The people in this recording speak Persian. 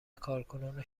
کارکنان